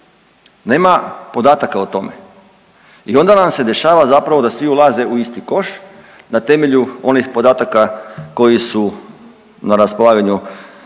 Nema podataka o tome i onda nam se dešava zapravo da svi ulaze u isti koš na temelju onih podataka koji su na raspolaganju